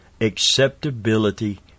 acceptability